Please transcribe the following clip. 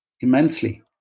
immensely